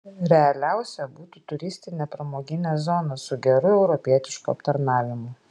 realiausia būtų turistinė pramoginė zona su geru europietišku aptarnavimu